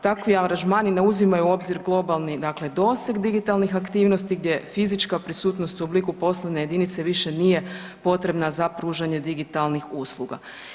Takvi aranžmani ne uzimaju u obzir globalni doseg digitalnih aktivnosti gdje fizička prisutnost u obliku poslovne jedinice više nije potrebna za pružanje digitalnih usluga.